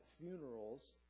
funerals